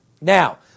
Now